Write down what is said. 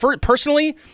Personally